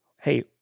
hey